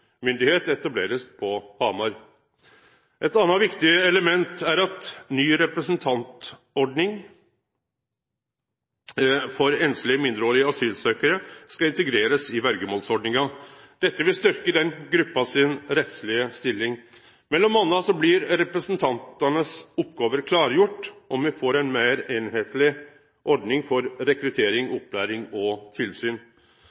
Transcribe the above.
verjemålsmyndigheit etablerast på Hamar. Eit anna viktig element er at ny representantordning for einslege mindreårige asylsøkjarar skal integrerast i verjemålsordninga. Dette vil styrkje denne gruppa si rettslege stilling. Mellom anna blir representantanes oppgåver klargjorde, og me får ei meir einskapleg ordning for rekruttering,